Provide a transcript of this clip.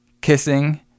kissing